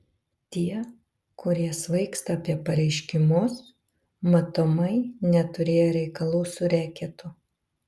tie kurie svaigsta apie pareiškimus matomai neturėję reikalų su reketu